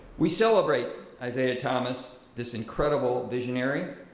we celebrate isaiah thomas, this incredible visionary,